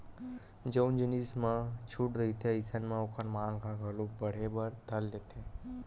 जउन जिनिस म छूट रहिथे अइसन म ओखर मांग ह घलो बड़हे बर धर लेथे